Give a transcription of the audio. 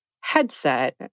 headset